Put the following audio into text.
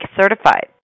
Certified